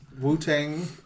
Wu-Tang